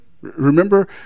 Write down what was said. Remember